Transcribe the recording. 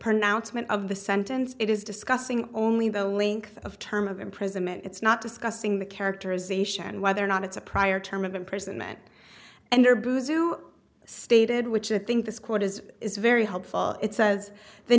pronouncement of the sentence it is discussing only the length of term of imprisonment it's not discussing the characterization whether or not it's a prior term of imprisonment and there boos who stated which i think this quote is is very helpful it says the